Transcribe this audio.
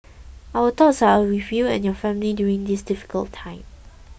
our thoughts are with you and your family during this difficult time